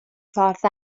ffordd